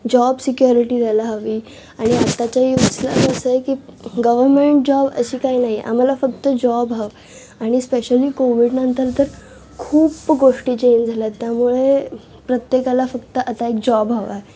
job security द्यायला हवी आणि आत्ताच्या युथला कसं आहे की गव्हर्मेंट जॉब अशी काही नाही आम्हाला फक्त जॉब हवं आणि स्पेशली कोव्हीड नंतर तर खूप गोष्टी चेंज झाल्या आहेत त्यामुळे प्रत्येकाला फक्त आता एक जॉब हवा आहे